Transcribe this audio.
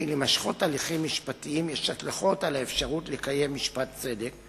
כי להימשכות הליכים משפטיים יש השלכות על האפשרות לקיים משפט צדק,